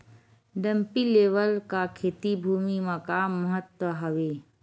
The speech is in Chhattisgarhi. डंपी लेवल का खेती भुमि म का महत्व हावे?